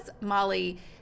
Molly